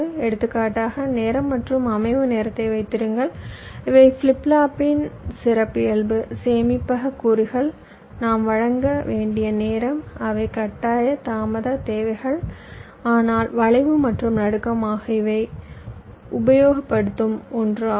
எடுத்துக்காட்டாக நேரம் மற்றும் அமைவு நேரத்தை வைத்திருங்கள் இவை ஃபிளிப் ஃப்ளாப்பின் சிறப்பியல்பு சேமிப்பக கூறுகள் நாம் வழங்க வேண்டிய நேரம் அவை கட்டாய தாமத தேவைகள் ஆனால் வளைவு மற்றும் நடுக்கம் ஆகியவை உபயோகப்படுத்தும் ஒன்று ஆகும்